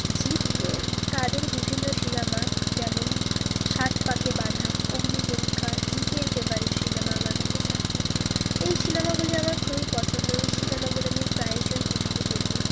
জিৎ কোয়েল তাদের বিভিন্ন সিনেমা যেমন সাত পাকে বাঁধা অগ্নিপরীক্ষা জিতের ফেভারিট সিনেমা আমার কাছে সাথী এই সিনেমাগুলি আমার খুবই পছন্দ এই সিনেমাগুলো আমি প্রায়শই টিভিতে দেখি